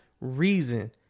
reason